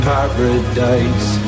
Paradise